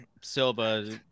Silva